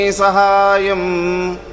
Sahayam